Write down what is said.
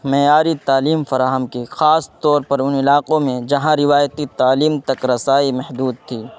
معیاری تعلیم فراہم کی خاص طور پر ان علاقوں میں جہاں روایتی تعلیم تک رسائی محدود تھی